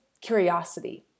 curiosity